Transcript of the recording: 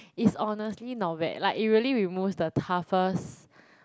it's honestly not bad like it really removes the toughest